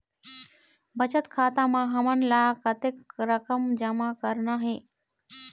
बचत खाता म हमन ला कतक रकम जमा करना हे?